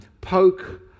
poke